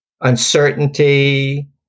uncertainty